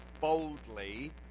boldly